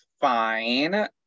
fine